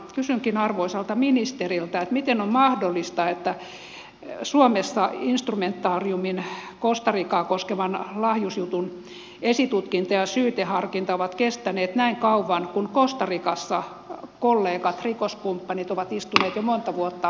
kysynkin arvoisalta ministeriltä miten on mahdollista että suomessa instrumentariumin costa ricaa koskevan lahjusjutun esitutkinta ja syyteharkinta ovat kestäneet näin kauan kun costa ricassa kollegat rikoskumppanit ovat istuneet jo monta vuotta vankilassa